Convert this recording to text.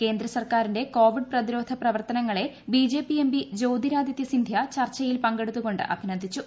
കേന്ദ്രസർക്കാരിന്റെ കോവിഡ് പ്രതിരോധ പ്രവർത്തനങ്ങളെ B J P M P Jyotiraditya Scindia ചർച്ചയിൽ പങ്കെടുത്തുകൊണ്ട് അഭിനന്ദിച്ചു